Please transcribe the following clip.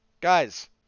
Guys